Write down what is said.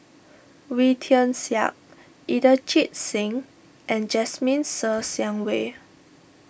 Wee Tian Siak Inderjit Singh and Jasmine Ser Xiang Wei